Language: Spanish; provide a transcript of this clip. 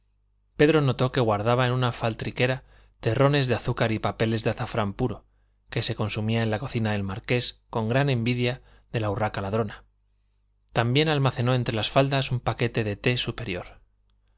pedro notó que guardaba en una faltriquera terrones de azúcar y papeles de azafrán puro que se consumía en la cocina del marqués con gran envidia de la urraca ladrona también almacenó entre las faldas un paquete de té superior